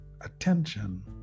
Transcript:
attention